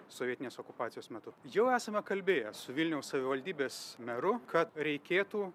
sovietinės okupacijos metu jau esame kalbėję su vilniaus savivaldybės meru kad reikėtų